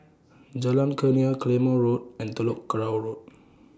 Jalan Kurnia Claymore Road and Telok Kurau Road